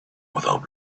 without